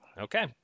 Okay